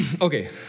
Okay